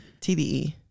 TDE